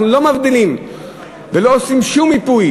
אנחנו לא מבדילים ולא עושים שום מיפוי